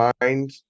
mind